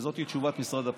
וזאת תשובת משרד הפנים.